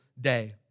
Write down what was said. day